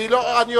אני יודע,